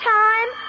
time